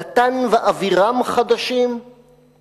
דתן ואבירם חדשים?/